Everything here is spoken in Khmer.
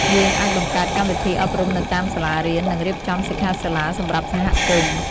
យើងអាចបង្កើតកម្មវិធីអប់រំនៅតាមសាលារៀន និងរៀបចំសិក្ខាសាលាសម្រាប់សហគមន៍។